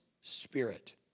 spirit